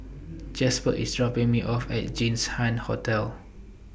Jasper IS dropping Me off At Jinshan Hotel